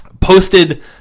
posted